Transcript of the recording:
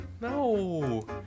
No